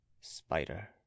Spider